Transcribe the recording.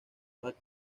back